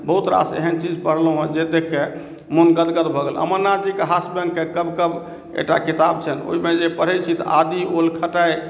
बहुत रास एहन चीज पढ़लहुँ हेँ जे देखके मोन गदगद भऽ गेल अमरनाथजीके हास्य व्यङ्गके कवकव एकटा किताब छनि ओहिमे जे पढ़ैत छी तऽ आदी ओल खटाइ